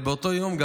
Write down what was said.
אבל באותו יום,